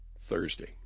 Thursday